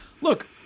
look